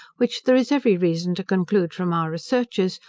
which there is every reason to conclude from our researches,